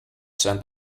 sent